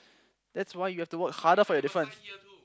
that's why you have to work harder for your difference